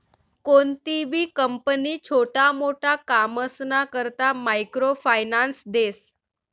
कोणतीबी कंपनी छोटा मोटा कामसना करता मायक्रो फायनान्स देस